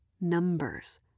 numbers